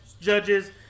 judges